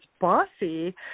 bossy